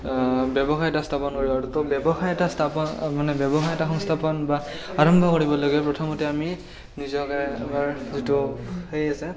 ব্যৱসায় এটা স্থাপন কৰিব পাৰোঁ তো ব্যৱসায় এটা স্থাপন মানে ব্যৱসায় এটা সংস্থাপন বা আৰম্ভ কৰিবলৈকে প্ৰথমতে আমি নিজকে এবাৰ যিটো সেই আছে